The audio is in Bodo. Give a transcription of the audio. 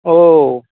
औ